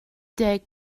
deg